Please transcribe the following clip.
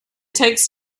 takes